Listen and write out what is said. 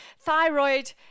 thyroid